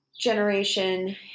generation